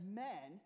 men